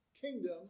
kingdom